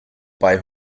bei